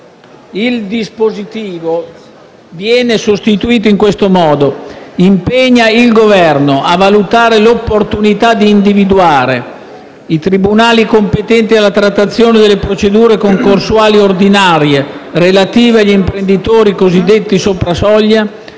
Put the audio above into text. e analisi dei dati disponibili; impegna il Governo: a valutare l'opportunità di individuare i tribunali competenti alla trattazione delle procedure concorsuali ordinarie relative agli imprenditori cosiddetti sopra soglia